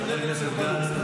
חבר הכנסת גנץ,